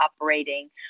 operating